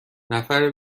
نفر